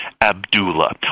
Abdullah